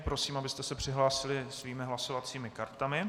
Prosím, abyste se přihlásili svými hlasovacími kartami.